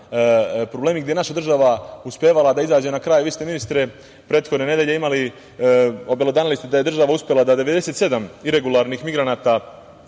problemi gde je naša država uspevala da izađe na kraj. Vi ste ministre prethodne nedelje obelodanili da je država uspela da 97 regularnih migranata